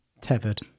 Tethered